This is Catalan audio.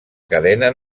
cadena